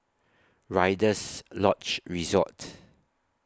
Rider's Lodge Resort